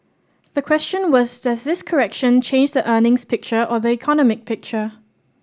the question was does this correction change the earnings picture or the economic picture